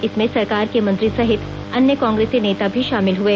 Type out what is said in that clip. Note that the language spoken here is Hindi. इसमें सरकार के मंत्री सहित अन्य कांग्रेसी नेता भी शामिल हुए